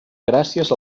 gràcies